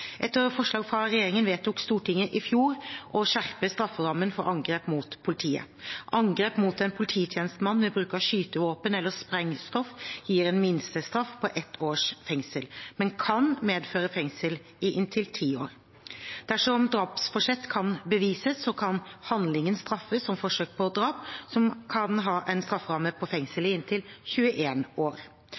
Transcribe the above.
Etter forslag fra regjeringen vedtok Stortinget i fjor å skjerpe strafferammen for angrep mot politiet. Angrep mot en polititjenestemann ved bruk av skytevåpen eller sprengstoff gir en minstestraff på ett års fengsel, men kan medføre fengsel i inntil ti år. Dersom drapsforsett kan bevises, kan handlingen straffes som forsøk på drap, som kan ha en strafferamme på fengsel i inntil 21 år.